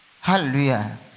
Hallelujah